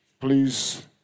Please